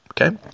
Okay